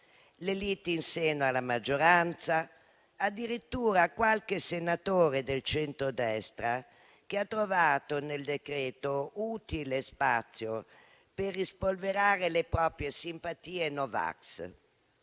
le liti in seno alla maggioranza, addirittura qualche senatore del centrodestra che ha trovato nel provvedimento utile spazio per rispolverare le proprie simpatie no vax.